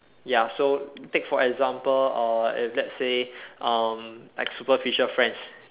ya so take for example uh if let's say um like superficial friends